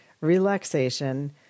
relaxation